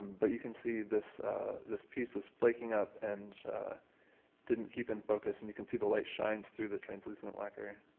but you can see this this piece was flaking up and didn't keep in focus. and you can see the light shines through the translucent lacquer.